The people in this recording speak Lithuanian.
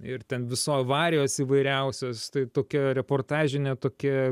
ir ten viso avarijos įvairiausios tai tokia reportažinė tokia